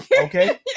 Okay